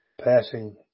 passing